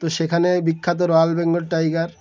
তো সেখানে বিখ্যাত রয়াল বেঙ্গল টাইগার